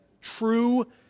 true